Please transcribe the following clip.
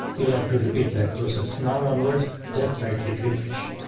you'll have to repeat that process now onwards just right click refresh.